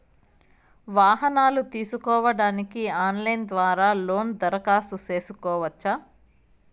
వాహనాలు తీసుకోడానికి ఆన్లైన్ ద్వారా లోను దరఖాస్తు సేసుకోవచ్చా?